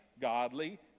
godly